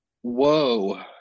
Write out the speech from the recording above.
Whoa